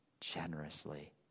generously